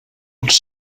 els